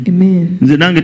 Amen